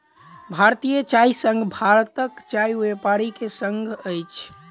भारतीय चाय संघ भारतक चाय व्यापारी के संग अछि